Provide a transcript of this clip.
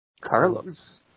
Carlos